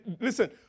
listen